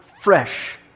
fresh